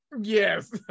Yes